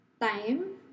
time